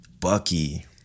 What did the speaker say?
Bucky